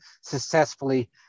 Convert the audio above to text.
successfully